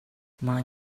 mah